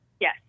Yes